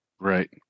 Right